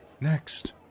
Next